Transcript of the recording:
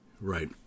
Right